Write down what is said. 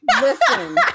Listen